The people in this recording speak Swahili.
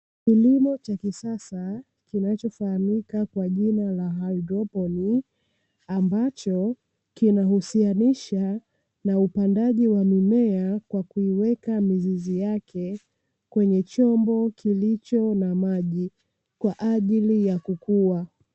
Kilimo cha kisasa kinachofahamika kwa jina la haidroponi, ambacho kinahusianisha na upandaji wa mimea, kwa kuweka mizizi yake kwenye chombo kilicho na maji kwa ajili ya kukua.